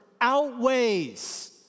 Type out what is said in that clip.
outweighs